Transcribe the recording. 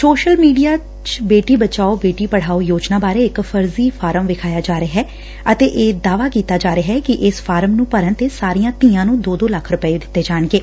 social media ਚ ਬੇਟੀ ਬਚਾਓ ਬੇਟੀ ਪੜਾਓ ਯੋਜਨਾ ਬਾਰੇ ਇਕ ਫਰਜ਼ੀ ਫਾਰਮ ਵਿਖਾਇਆ ਜਾ ਰਿਹੈ ਅਤੇ ਇਹ ਦਾਅਵਾ ਕੀਤਾ ਜਾ ਰਿਹੈ ਕਿ ਇਸ ਫਾਰਮ ਨੁੰ ਭਰਨ ਤੇ ਸਾਰੀਆਂ ਧੀਆਂ ਨੁੰ ਦੋ ਦੋ ਲੱਖ ਰੁਧੈ ਦਿੱਤੇ ਜਾਣਗੇ